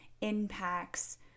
impacts